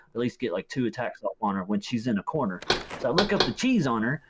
at least get like two attacks on on her when she's in a corner. so i look up the cheese on her,